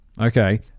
Okay